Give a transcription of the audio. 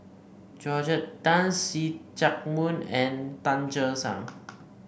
Georgette Tan See Chak Mun and Tan Che Sang